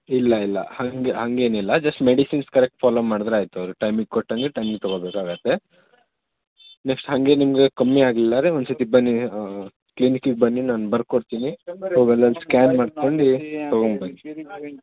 ಇಲ್ಲ ಇಲ್ಲ ಹಾಗೆ ಹಾಗೇನಿಲ್ಲ ಜಸ್ಟ್ ಮೆಡಿಸಿನ್ಸ್ ಕರೆಕ್ಟ್ ಫಾಲೋ ಮಾಡಿದ್ರಾಯ್ತು ಅವರು ಟೈಮಿಗೆ ಕೊಟ್ಟಂಗೆ ಟೈಮಿಗೆ ತಗೋಬೇಕಾಗುತ್ತೆ ನೆಕ್ಸ್ಟ್ ಹಾಗೆ ನಿಮಗೆ ಕಮ್ಮಿಯಾಗ್ಲಿಲಾರೆ ಒಂದು ಸತಿ ಬನ್ನಿ ಕ್ಲಿನಿಕಿಗೆ ಬನ್ನಿ ನಾನು ಬರ್ಕೊಡ್ತಿನಿ ಹೋಗಲ್ಲೊಂದು ಸ್ಕ್ಯಾನ್ ಮಾಡ್ಸ್ಕೊಂಡು ತಗೊಂಬನ್ನಿ